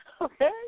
okay